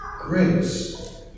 grace